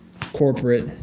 corporate